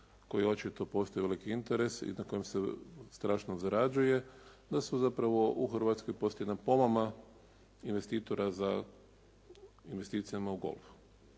koji očito postoji uvijek velik interes i na kojem se strašno zarađuje, da su zapravo u Hrvatskoj postoji jedna pomama investitora za investicijama u golfu.